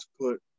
put